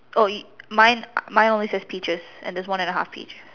oh it mine mine only says peaches and there's one and a half peach